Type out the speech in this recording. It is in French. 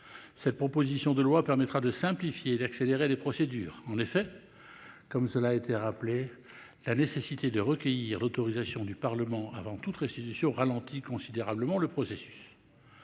Cette proposition de loi permettra de simplifier et d'accélérer les procédures. En effet, comme cela a été rappelé, la nécessité de recueillir l'autorisation du Parlement avant toute restitution ralentit considérablement le processus.